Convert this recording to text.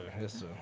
yes